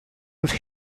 have